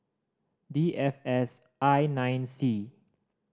D F S I nine C